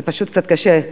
זה פשוט קצת קשה.